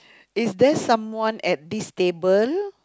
is there someone at this table